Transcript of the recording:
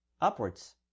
upwards